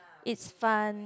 it's fun